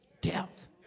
death